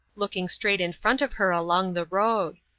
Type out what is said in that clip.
looking straight in front of her along the road.